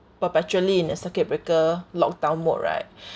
perpetually in a circuit breaker lockdown mode right